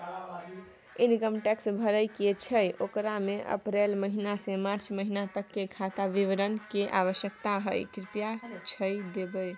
Income tax भरय के छै ओकरा में अप्रैल महिना से मार्च महिना तक के खाता विवरण के आवश्यकता हय कृप्या छाय्प देबै?